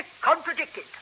contradicted